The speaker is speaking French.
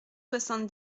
soixante